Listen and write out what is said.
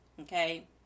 okay